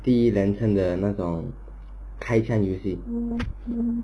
第一人称的那种开枪游戏